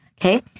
Okay